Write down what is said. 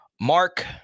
Mark